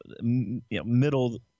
Middle